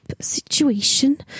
situation